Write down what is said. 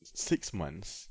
six months